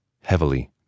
heavily